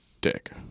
dick